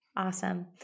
Awesome